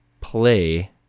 play